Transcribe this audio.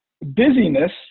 busyness